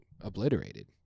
obliterated